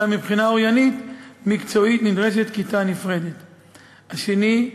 אולם מבחינה אוריינית מקצועית נדרשת כיתה נפרדת; השנייה,